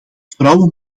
vrouwen